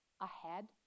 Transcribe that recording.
ahead